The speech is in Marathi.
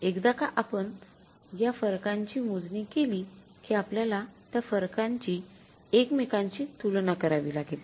एकदा का आपण या फरकांची मोजणी केली कि आपल्याला त्या फरकांची एकमेकांशी तुलना करावी लागेल